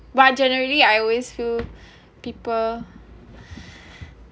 but generally I always feel people